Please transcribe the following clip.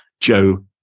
Joe